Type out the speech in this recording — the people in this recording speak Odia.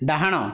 ଡାହାଣ